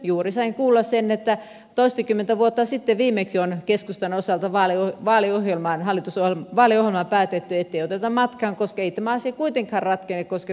juuri sain kuulla että toistakymmentä vuotta sitten viimeksi on keskustan osalta vaaliohjelmaan päätetty ettei oteta matkaan koska ei tämä asia kuitenkaan ratkea koska tässä vain riidellään